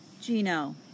Gino